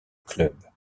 club